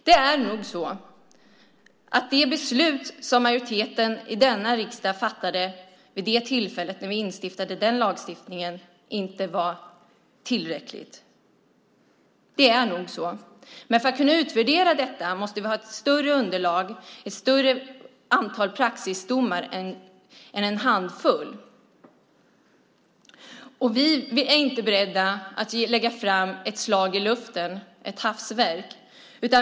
Det är nog så att det beslut som majoriteten i denna riksdag fattade vid det tillfälle vi instiftade den lagen inte var tillräckligt. Det är nog så. Men för att kunna utvärdera detta måste vi ha ett större underlag, ett större antal praxisdomar än en handfull. Vi är inte beredda att lägga fram ett slag i luften, ett hafsverk.